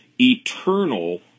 Eternal